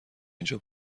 اینجا